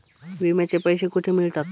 विम्याचे पैसे कुठे मिळतात?